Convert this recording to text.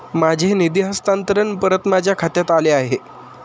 माझे निधी हस्तांतरण परत माझ्या खात्यात आले आहे